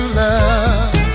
love